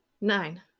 Nine